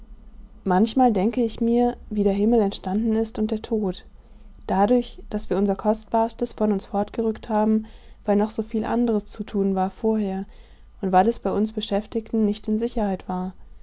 manchmal denke ich mir wie der himmel entstanden ist und der tod dadurch daß wir unser kostbarstes von uns fortgerückt haben weil noch so viel anderes zu tun war vorher und weil es bei uns beschäftigten nicht in sicherheit war